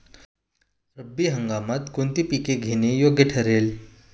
रब्बी हंगामात कोणती पिके घेणे योग्य ठरेल?